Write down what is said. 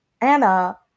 Anna